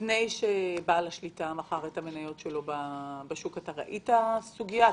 האם לפני שבעל השליטה מכר את המניות ראית סוגיה?